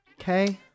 Okay